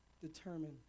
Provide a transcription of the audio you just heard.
determine